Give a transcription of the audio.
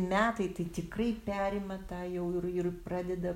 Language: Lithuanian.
metai tai tikrai perima tą jau ir ir pradeda